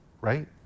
right